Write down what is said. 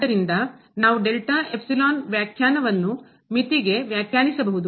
ಆದ್ದರಿಂದ ನಾವು delta epsilon ವ್ಯಾಖ್ಯಾನವನ್ನು ಮಿತಿಗೆ ವ್ಯಾಖ್ಯಾನಿಸಬಹುದು